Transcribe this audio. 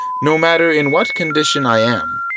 no matter in what condition i am,